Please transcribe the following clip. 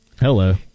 Hello